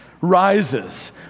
rises